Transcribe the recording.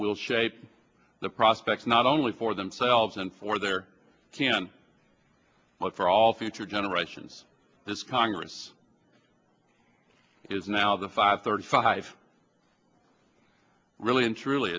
will shape the prospects not only for themselves and for their can but for all future generations this congress is now the five thirty five really and truly